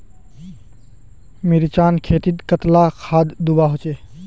मिर्चान खेतीत कतला खाद दूबा होचे?